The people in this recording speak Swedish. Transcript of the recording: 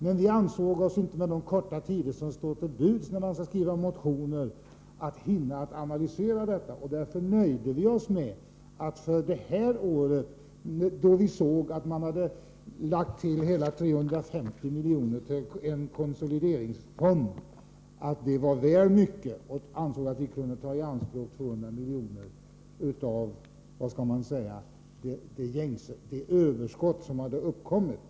Men vi ansåg oss inte, med den korta tid som står till buds när man skall skriva motion, hinna analysera detta. Därför nöjde vi oss med att för det här året, då vi såg att man hade lagt hela 350 miljoner till en konsolideringsfond, säga att vi ansåg att det var väl mycket och att vi kunde ta i anspråk 200 miljoner av det överskott som hade uppkommit.